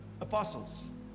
apostles